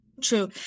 True